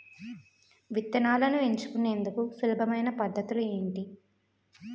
విత్తనాలను ఎంచుకునేందుకు సులభమైన పద్ధతులు ఏంటి?